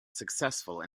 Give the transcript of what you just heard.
successful